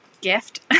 gift